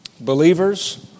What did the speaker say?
believers